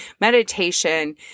meditation